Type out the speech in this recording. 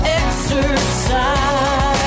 exercise